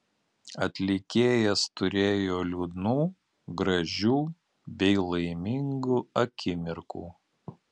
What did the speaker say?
atlikėjas turėjo liūdnų gražių bei laimingų akimirkų